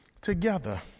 together